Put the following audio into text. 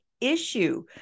issue